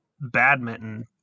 badminton